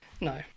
No